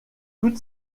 toute